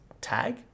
tag